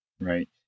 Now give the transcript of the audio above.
right